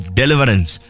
deliverance